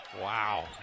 Wow